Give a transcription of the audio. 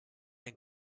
and